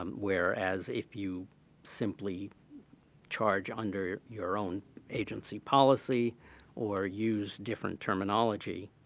um whereas if you simply charge under your own agency policy or use different terminology,